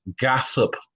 gossip